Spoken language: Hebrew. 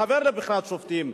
חבר בוועדה לבחירת שופטים,